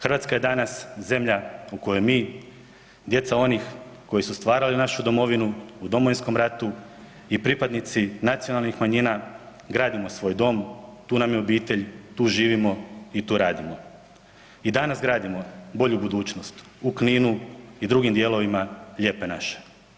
Hrvatska je danas zemlja u kojoj mi, djeca onih koji su stvarali našu domovinu u Domovinskom ratu i pripadnici nacionalnih manjina gradimo svoj dom, tu nam je obitelj, tu živimo i tu radimo i danas gradimo bolju budućnost u Kninu i u drugim dijelovima lijepe naše.